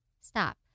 stop